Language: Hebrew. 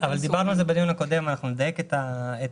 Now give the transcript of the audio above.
דיברנו על זה בדיון הקודם ואנחנו נדייק את ההפניה.